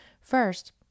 First